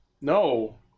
no